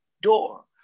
door